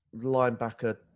linebacker